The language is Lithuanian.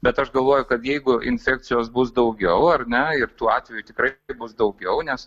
bet aš galvoju kad jeigu infekcijos bus daugiau ar ne ir tuo atveju tikrai bus daugiau nes